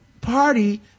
party